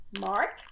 mark